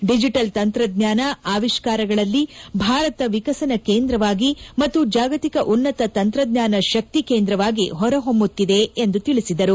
digital ತಂತ್ರಜ್ಞಾನ ಆವಿಷ್ಕಾರಗಳಲ್ಲಿ ಭಾರತ ವಿಕಸನ ಕೇಂದ್ರವಾಗಿ ಮತ್ತು ಜಾಗತಿಕ ಉನ್ನತ ತಂತ್ರಜ್ಞಾನ ಶಕ್ತಿ ಕೇಂದ್ರವಾಗಿ ಹೊರಹೊಮ್ಮುತ್ತಿದೆ ಎಂದು ತಿಳಿಸಿದರು